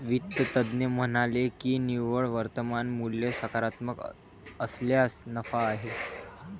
वित्त तज्ज्ञ म्हणाले की निव्वळ वर्तमान मूल्य सकारात्मक असल्यास नफा आहे